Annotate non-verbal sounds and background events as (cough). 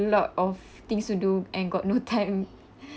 lot of things to do and got no time (laughs)